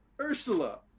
Ursula